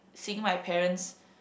seeing my parents